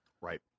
Right